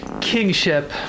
kingship